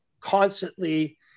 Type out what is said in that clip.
constantly